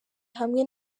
hamwe